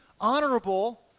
honorable